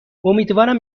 امیدوارم